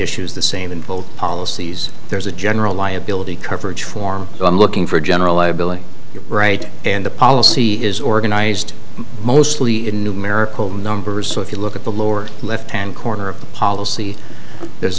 is the same in both policies there's a general liability coverage form i'm looking for general liability you're right and the policy is organized mostly in numerical numbers so if you look at the lower left hand corner of the policy there's